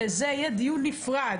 לזה יהיה דיון נפרד.